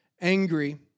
angry